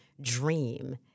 dream